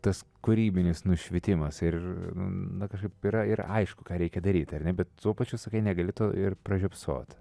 tas kūrybinis nušvitimas ir na kažkaip yra ir aišku ką reikia daryt ar ne bet tuo pačiu sakai negali to ir pražiopsoti